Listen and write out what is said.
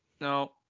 No